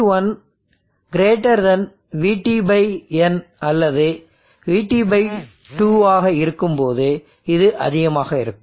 VB1 VT n அல்லது VT2 ஆக இருக்கும்போது இது அதிகமாக இருக்கும்